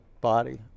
body